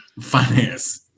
finance